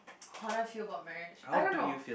how do I feel about marriage I don't know